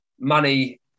money